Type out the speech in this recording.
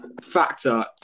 factor